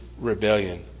rebellion